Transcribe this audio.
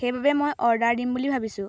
সেইবাবে মই অৰ্ডাৰ দিম বুলি ভাবিছোঁ